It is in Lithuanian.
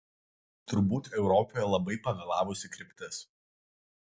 turbūt europoje labai pavėlavusi kryptis